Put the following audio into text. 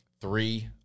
three